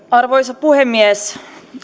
arvoisa puhemies